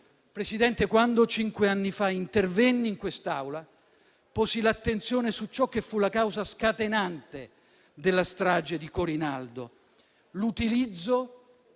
Presidente, quando cinque anni fa intervenni in quest'Aula, posi l'attenzione su ciò che fu la causa scatenante della strage di Corinaldo: l'utilizzo